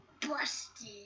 Busted